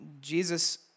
Jesus